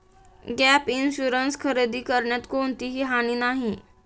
gap insurance खरेदी करण्यात कोणतीही हानी नाही